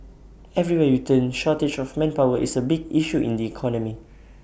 everywhere you turn shortage of manpower is A big issue in the economy